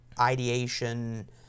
ideation